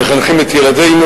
תרשום את נסים להצעה אחרת.